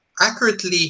accurately